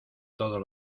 todos